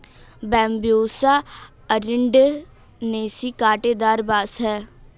Bambusa अरंडिनेसी काँटेदार बाँस है